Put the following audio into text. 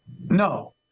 No